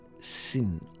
sin